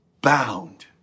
bound